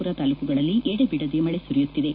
ಪುರ ತಾಲೂಕುಗಳಲ್ಲಿ ಎಡೆಬಿಡದೆ ಮಳೆ ಸುರಿಯುತ್ತಿದೆ